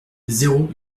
zéro